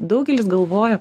daugelis galvoja